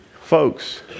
Folks